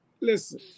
listen